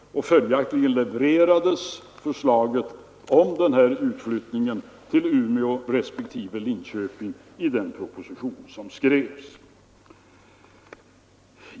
Följaktligen levererades förslaget om den här utflyttningen till Umeå respektive Linköping i den proposition som skrevs.